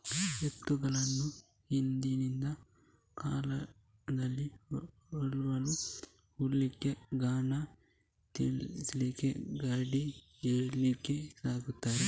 ಎತ್ತುಗಳನ್ನ ಹಿಂದಿನ ಕಾಲದಲ್ಲಿ ಹೊಲವನ್ನ ಉಳ್ಲಿಕ್ಕೆ, ಗಾಣ ತಿರ್ಗಿಸ್ಲಿಕ್ಕೆ, ಗಾಡಿ ಎಳೀಲಿಕ್ಕೆ ಸಾಕ್ತಿದ್ರು